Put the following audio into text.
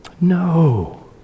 No